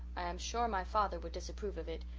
i am sure my father would disapprove of it,